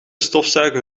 stofzuigen